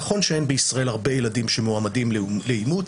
נכון שאין בישראל הרבה ילדים שמועמדים לאימוץ,